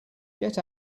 get